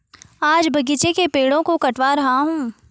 आज बगीचे के पेड़ों को कटवा रहा हूं